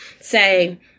say